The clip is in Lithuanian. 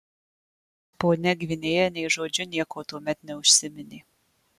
ponia gvinėja nė žodžiu nieko tuomet neužsiminė